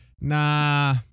Nah